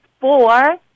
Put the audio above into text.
four